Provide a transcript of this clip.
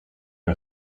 and